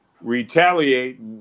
retaliate